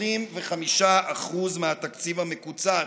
25% מהתקציב המקוצץ,